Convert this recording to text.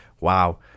Wow